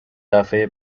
دفعه